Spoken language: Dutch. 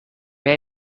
jij